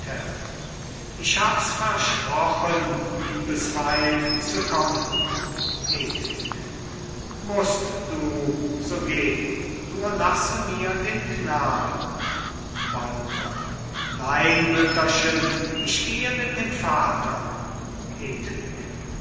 ich hab's versprochen liebes weib zu kommen hedwig musst du so geh nur lasse mir den knaben walther nein mütterchen ich gehe mit dem vater